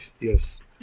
Yes